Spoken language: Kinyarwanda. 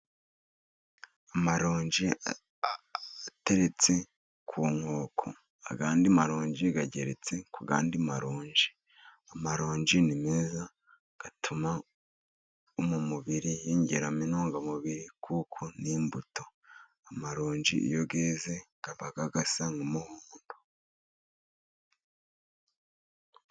Amaronji ateretse ku nkoko, andi maronji ageretse ku yandi maronji, amaronji ni meza atuma mu mubiri hiyongeramo intungamubiri kuko n'imbuto, amaronji iyo yeze aba asa nk'umuhondo.